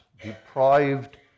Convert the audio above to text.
deprived